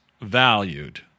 valued